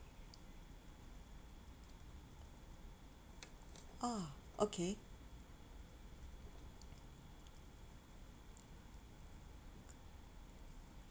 oh okay